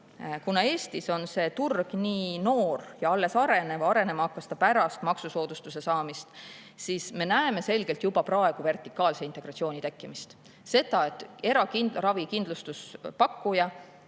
Kuna Eestis on see turg nii noor ja alles arenev – arenema hakkas ta pärast maksusoodustuse saamist –, siis me näeme selgelt juba praegu vertikaalse integratsiooni tekkimist, seda, et eraravikindlustuse pakkuja